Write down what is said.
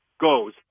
goes